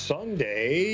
Sunday